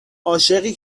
عاشقی